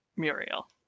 Muriel